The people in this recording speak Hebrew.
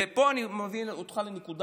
ופה אני מביא אותך לנקודה